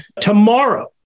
Tomorrow